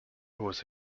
was